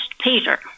Peter